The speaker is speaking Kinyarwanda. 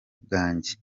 bwanjye